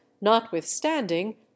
notwithstanding